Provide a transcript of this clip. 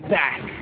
back